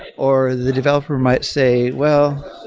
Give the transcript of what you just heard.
or the developer might say, well,